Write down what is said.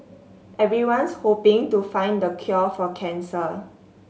everyone's hoping to find the cure for cancer